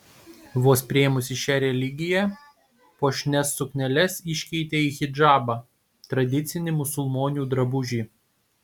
vos priėmusi šią religiją puošnias sukneles iškeitė į hidžabą tradicinį musulmonių drabužį